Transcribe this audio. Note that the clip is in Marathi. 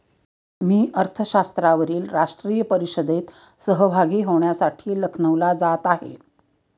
मी अर्थशास्त्रावरील राष्ट्रीय परिषदेत सहभागी होण्यासाठी लखनौला जात आहे